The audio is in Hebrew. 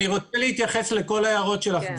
אני רוצה להתייחס לכל ההערות שלך,